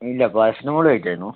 ഇല്ല പാരസെറ്റമോള് കഴിച്ചിരുന്നു